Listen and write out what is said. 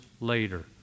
later